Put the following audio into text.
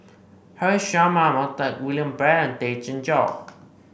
Haresh Sharma Montague William Pett and Tay Chin Joo